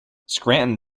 scranton